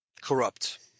corrupt